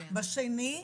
בשני,